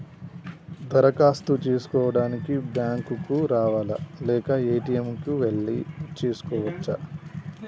దరఖాస్తు చేసుకోవడానికి బ్యాంక్ కు రావాలా లేక ఏ.టి.ఎమ్ కు వెళ్లి చేసుకోవచ్చా?